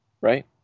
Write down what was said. right